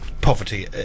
poverty